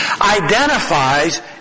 identifies